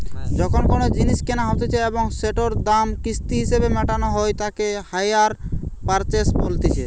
যখন কোনো জিনিস কেনা হতিছে এবং সেটোর দাম কিস্তি হিসেবে মেটানো হই তাকে হাইয়ার পারচেস বলতিছে